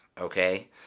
Okay